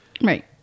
Right